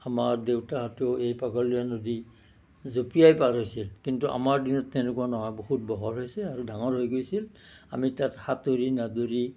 আমাৰ দেউতাহঁতেও এই পাগলাদিয়া নদী জঁপিয়াই পাৰ হৈছিল কিন্তু আমাৰ দিনত তেনেকুৱা নহয় বহুত বহল হৈছে আৰু ডাঙৰ হৈ গৈছিল আমি তাত সাঁতুৰি নাদুৰি